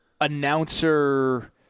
announcer